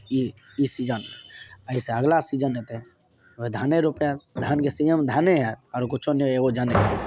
ई ई सीजन एहिसे अगला सीजन एतय ओहि धाने रोपायब धानके सीजनमे धाने होयत अओरो किछो नहि एगो जनेर